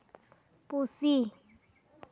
ᱯᱩᱥᱤ